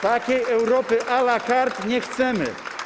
Takiej Europy a la carte nie chcemy.